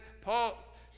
Paul